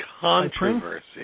Controversy